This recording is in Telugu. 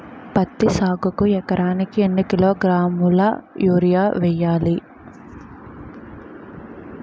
పత్తి సాగుకు ఎకరానికి ఎన్నికిలోగ్రాములా యూరియా వెయ్యాలి?